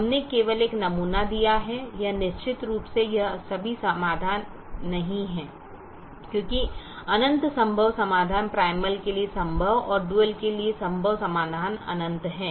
हमने केवल एक नमूना दिया है यह निश्चित रूप से सभी समाधान नहीं हैं क्योंकि अनंत संभव समाधान प्राइमल के लिए संभव और डुअल के लिए संभव समाधान अनंत हैं